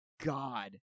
God